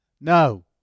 No